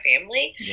family